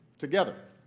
together,